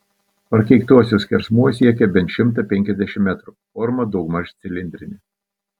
prakeiktosios skersmuo siekia bent šimtą penkiasdešimt metrų forma daugmaž cilindrinė